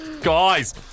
guys